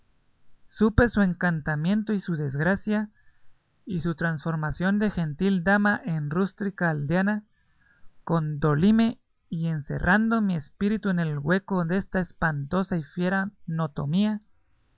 supe su encantamento y su desgracia y su trasformación de gentil dama en rústica aldeana condolíme y encerrando mi espíritu en el hueco desta espantosa y fiera notomía